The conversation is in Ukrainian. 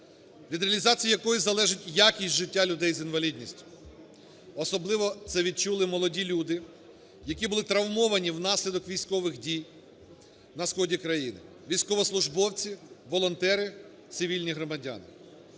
від реалізації якої залежить якість життя людей з інвалідністю. Особливо це відчули молоді люди, які були травмовані внаслідок військових дій на сході країни, військовослужбовці, волонтери, цивільні громадяни.